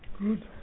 good